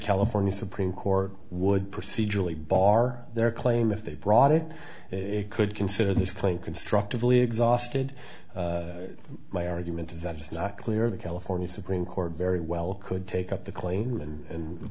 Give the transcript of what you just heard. california supreme court would procedurally bar their claim if they brought it it could consider this claim constructively exhausted my argument is that it's not clear the california supreme court very well could take up the